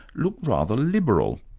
look rather liberal.